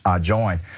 join